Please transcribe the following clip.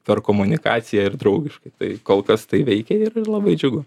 per komunikaciją ir draugiškai tai kol kas tai veikia ir ir labai džiugu